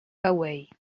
away